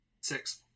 Six